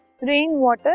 rainwater